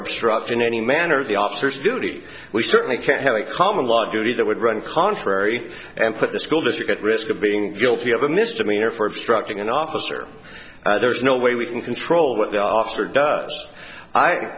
obstruct in any manner of the officers duty we certainly can't have a common law judy that would run contrary and put the school district at risk of being guilty of a misdemeanor for obstructing an officer there's no way we can control what the officer does i